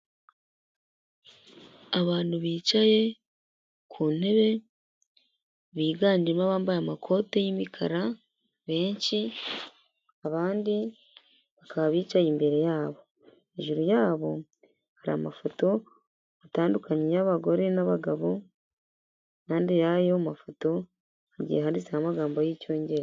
Abantu bicaye ku ntebe biganjemo bambaye amakoti y'imikara benshi, abandi bakaba bicaye imbere yabo hejuru yabo hari amafoto atandukanye y'abagore n'abagabo, impande y'ayo mafoto hagiye handitseho amagambo y'icyongereza.